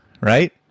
right